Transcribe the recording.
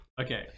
okay